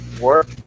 work